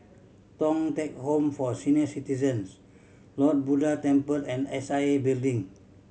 Thong Teck Home for Senior Citizens Lord Buddha Temple and S I A Building